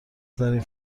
ترین